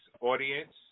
audience